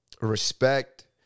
respect